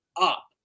up